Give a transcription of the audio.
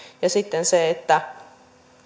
ja sitten se että